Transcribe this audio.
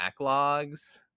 backlogs